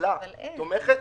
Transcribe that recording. שהממשלה תומכת,